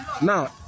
Now